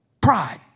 Pride